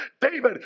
David